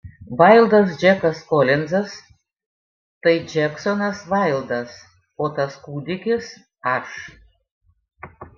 vaildas džekas kolinzas tai džeksonas vaildas o tas kūdikis aš